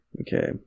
Okay